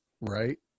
Right